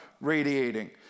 radiating